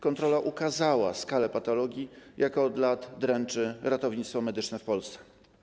Kontrola ukazała skalę patologii, jaka od lat dręczy ratownictwo medyczne w Polsce.